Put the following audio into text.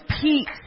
peace